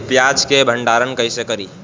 प्याज के भंडारन कईसे करी?